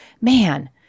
man